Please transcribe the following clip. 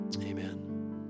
Amen